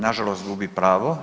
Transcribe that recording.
Nažalost gubi pravo.